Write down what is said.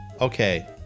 Okay